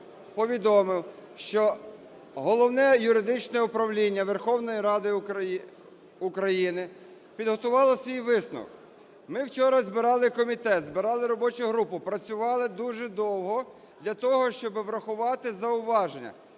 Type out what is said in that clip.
повідомив, що Головне юридичне управління Верховної Ради України підготувало свій висновок. Ми вчора збирали комітет, збирали робочу групу, працювали дуже довго для того, щоби врахувати зауваження.